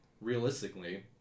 realistically